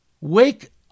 Wake